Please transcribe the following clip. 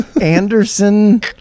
anderson